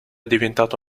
diventato